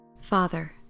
Father